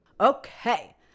Okay